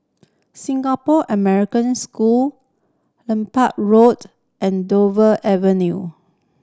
Singapore American School Road and Dover Avenue